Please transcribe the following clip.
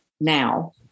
now